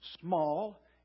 Small